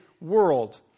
world